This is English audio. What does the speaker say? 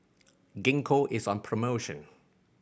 Gingko is on promotion